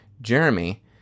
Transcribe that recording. Jeremy